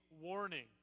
warning